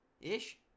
Ish